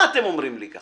מה אתם אומרים לי?